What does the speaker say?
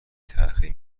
تاخیر